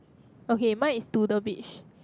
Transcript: okay mine is to the beach